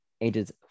ages